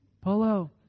Polo